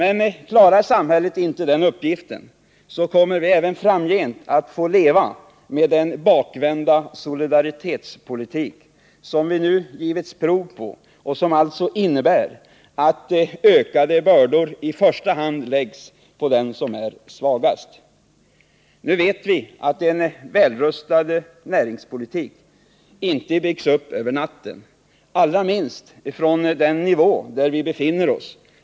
Klarar samhället inte den uppgiften, så kommer vi även framgent att få leva med den bakvända solidaritetspolitik som vi nu givits prov på och som alltså innebär, att ökade bördor i första hand läggs på den som är svagast. Nu vet vi att en välrustad näringspolitik inte byggs upp över natten, allra minst från den nivå där vi befinner oss.